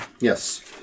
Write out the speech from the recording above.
Yes